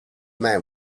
man